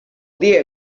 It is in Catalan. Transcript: dia